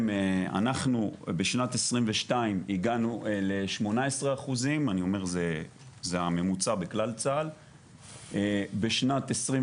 אנחנו בשנת 22 הגענו 18% אני אומר זה הממוצע בכלל צה”ל בשנת 23